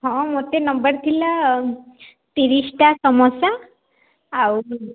ହଁ ମୋତେ ନବାର ଥିଲା ତିରିଶଟା ସମୋସା ଆଉ